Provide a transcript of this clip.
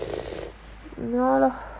ya lah